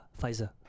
Pfizer